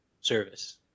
service